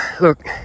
look